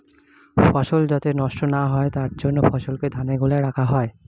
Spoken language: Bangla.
ফসল যাতে নষ্ট না হয় তার জন্য ফসলকে ধানের গোলায় রাখা হয়